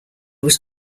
was